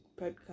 podcast